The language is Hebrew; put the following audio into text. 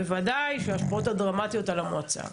יש לו בוודאי השפעות דרמטיות על המועצה.